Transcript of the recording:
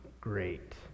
great